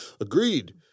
Agreed